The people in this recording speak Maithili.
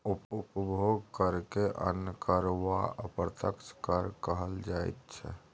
उपभोग करकेँ अन्य कर वा अप्रत्यक्ष कर कहल जाइत छै